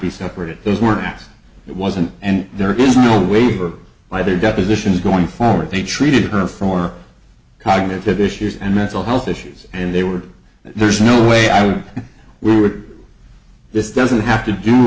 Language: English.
be separated there's word that it wasn't and there is no waiver by their depositions going forward they treated her for cognitive issues and mental health issues and they were there's no way i would we were this doesn't have to do